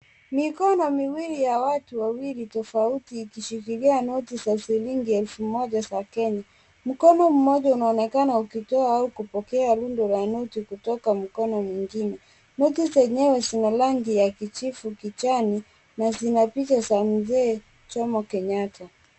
Mikono miwili ya watu wawili tofauti ikishikilia noti za shilingi elfu moja za Kenya, mkono mmoja unaonekana ukitoa au kupokea rundo la noti kutoka mkono mwingine, noti zenyewe zina rangi ya kijivu kijani na zina picha za mzee Jomo Kenyatta.